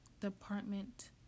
Department